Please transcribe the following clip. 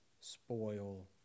Spoil